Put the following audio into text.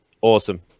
Awesome